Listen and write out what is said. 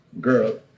girl